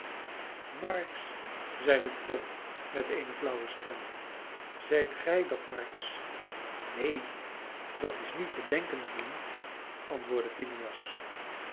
marks zeide tom met eene flauwe stem zijt gij dat marks neen dat is niet te denken vriend antwoordde